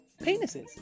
penises